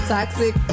Toxic